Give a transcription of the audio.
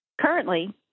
Currently